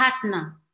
partner